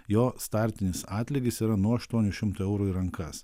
jo startinis atlygis yra nuo aštuonių šimtų eurų į rankas